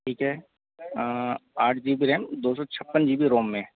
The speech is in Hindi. ठीक है आठ जी बी रैम दो सौ छप्पन जी बी रोम में